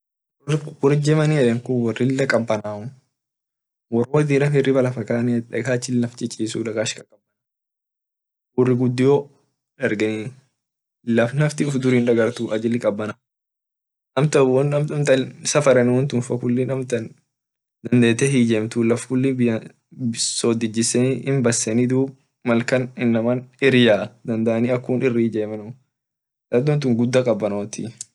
Wor germay yede kun wor lila qabanau wor mal diram hiriba kanuoti daqachin laf chichisuu wor guduo dargenuu laf nafti ufdur hin dagartu ajili qabana amtan won ak safarenu tun lila hiijem tuu sodd ijisen dum basen dum iryan malkun dan dani iriyanuu dado tun lila qabanoti.